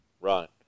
Right